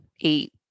eight